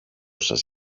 σας